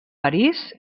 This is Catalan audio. parís